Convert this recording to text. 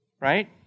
right